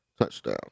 touchdown